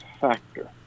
factor